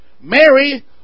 Mary